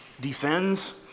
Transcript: defends